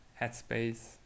headspace